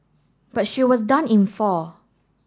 but she was done in four